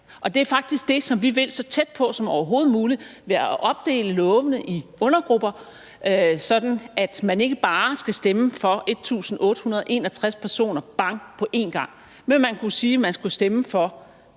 faktisk det, vi vil så tæt på som overhovedet muligt ved at opdele lovene i undergrupper, sådan at man ikke bare skal stemme for 1.861 personer – bang – på en gang, men at man kunne sige, at man skulle stemme for